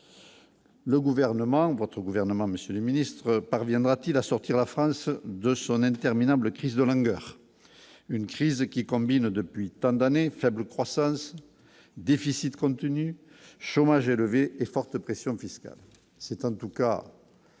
le gouvernement votre gouvernement, Monsieur le Ministre, parviendra-t-il à sortir la France de son interminable crise de langueur, une crise qui combine depuis tant d'années de faible croissance, déficit contenu chômage est levé et forte pression fiscale, c'est en tout cas.